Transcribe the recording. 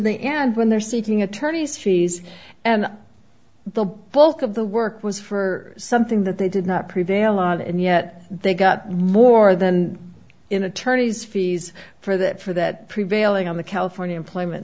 the end when they're seeking attorneys fees and the bulk of the work was for something that they did not prevail and yet they got more than in attorney's fees for that for that prevailing on the california employment